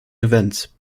events